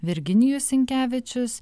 virginijus sinkevičius